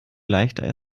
leichter